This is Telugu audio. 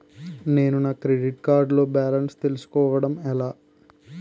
నేను నా క్రెడిట్ కార్డ్ లో బాలన్స్ తెలుసుకోవడం ఎలా?